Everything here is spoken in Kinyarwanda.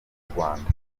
rwanda